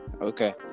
Okay